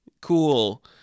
cool